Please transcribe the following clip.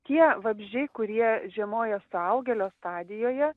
tie vabzdžiai kurie žiemoja suaugėlio stadijoje